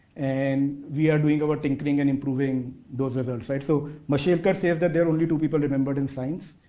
and we are doing our tinkering and improving those results. so, mashirka says that there only two people remembered in science,